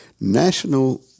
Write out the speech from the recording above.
national